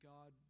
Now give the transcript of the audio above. God